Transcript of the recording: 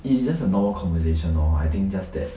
it is just a normal conversation orh I think just that